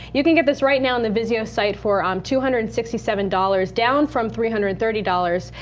you can get this right now on the vizio site for um two hundred and sixty seven dollars down from three hundred and thirty dollars,